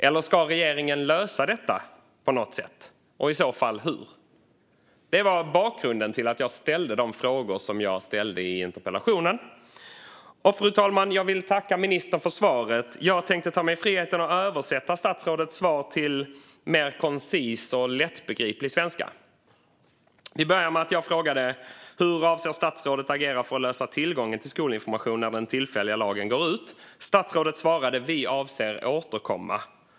Eller ska regeringen lösa detta på något sätt, och i så fall hur? Det var bakgrunden till att jag ställde de frågorna i interpellationen. Fru talman! Jag vill tacka ministern för svaret. Jag tänkte ta mig friheten att översätta statsrådets svar till mer koncis och lättbegriplig svenska. Vi börjar med att jag frågade: Hur avser statsrådet att agera för att lösa tillgången till skolinformation när den tillfälliga lagen går ut? Statsrådet svarade: Vi avser att återkomma.